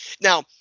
now